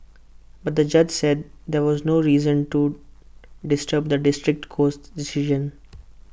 but the judge said there was no reason to disturb the district court's decision